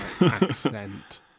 accent